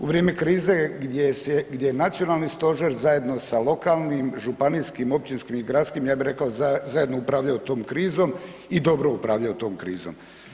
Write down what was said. U vrijeme krize gdje se, gdje nacionalni stožer zajedno sa lokalnim, županijskim, općinskim i gradskim, ja bih rekao, zajedno upravljaju tom krizom i dobro upravljaju tom krizom.